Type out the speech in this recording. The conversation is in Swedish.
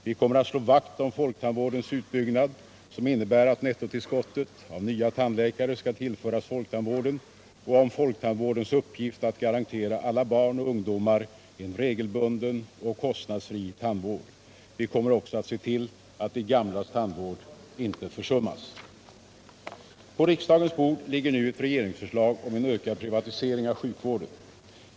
Vi kommer att slå vakt om folktandvårdens utbyggnad, som innebär att nettotillskottet av nya tandläkare skall tillföras folktandvården, och om folktandvårdens uppgift att garantera alla barn och ungdomar en regelbunden och kostnadsfri tandvård. Vi kommer också att se till att de gamlas tandvård inte försummas. På riksdagens bord ligger nu ett regeringsförslag om en ökad privatisering av sjukvården.